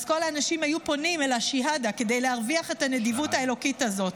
אז כל האנשים היו פונים אל השוהדה כדי להרוויח את הנדיבות האלוהית הזאת,